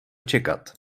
čekat